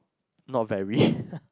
not very